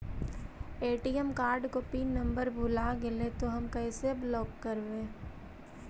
ATM card को PIN number भुला गैले तौ हम कैसे ब्लॉक करवै?